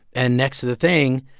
and next to the thing,